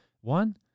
One